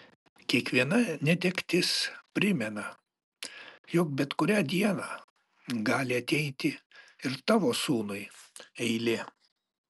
kiekviena netektis primena jog bet kurią dieną gali ateiti ir tavo sūnui eilė